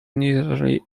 nearly